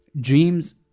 Dreams